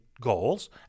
goals